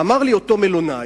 ואמר לי אותו מלונאי,